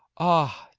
ah!